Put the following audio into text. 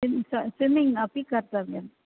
सिं स स्विम्मिङ्ग् अपि कर्तव्यं